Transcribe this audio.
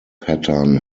pattern